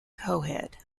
coed